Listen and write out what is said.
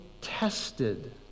tested